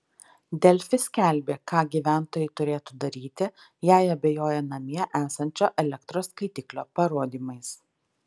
delfi skelbė ką gyventojai turėtų daryti jei abejoja namie esančio elektros skaitiklio parodymais